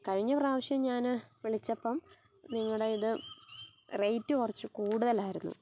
കഴിഞ്ഞ പ്രാവശ്യം ഞാൻ വിളിച്ചപ്പം നിങ്ങളുടെ ഇത് റേയ്റ്റ് കുറച്ച് കൂടുതലായിരുന്നു